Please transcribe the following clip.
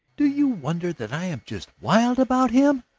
do you wonder that i am just wild about him?